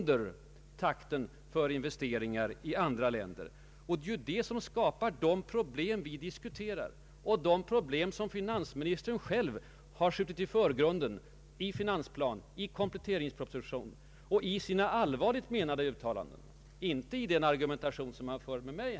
Det är detta som skapar de problem vi diskuterar och de problem som finansministern själv har skjutit i förgrunden, i finansplan, i kompletteringsproposition och i från hans sida allvarligt menade uttalanden — inte i den argumentation som han här för med mig.